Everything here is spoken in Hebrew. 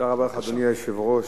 אדוני היושב-ראש,